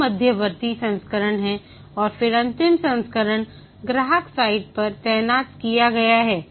कई मध्यवर्ती संस्करण हैं और फिर अंतिम संस्करण ग्राहक साइट पर तैनात किया गया है